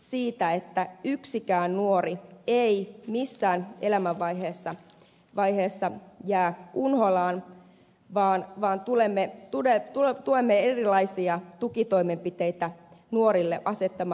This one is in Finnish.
siitä että yksikään nuori ei missään elämänvaiheessa jää unholaan vaan tulemme asettamaan nuorille erilaisia tukitoimenpiteitä jatkossakin